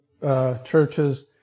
churches